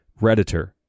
Redditor